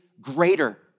greater